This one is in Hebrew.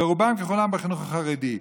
ורובן ככולן בחינוך החרדי.